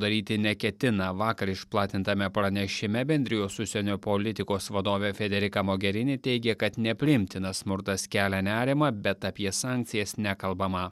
daryti neketina vakar išplatintame pranešime bendrijos užsienio politikos vadovė frederika mogherini teigė kad nepriimtinas smurtas kelia nerimą bet apie sankcijas nekalbama